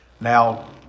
Now